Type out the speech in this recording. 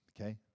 Okay